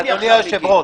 אדוני היושב-ראש,